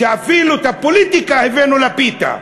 אפילו את הפוליטיקה הבאנו לפיתה.